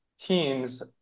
teams